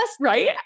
Right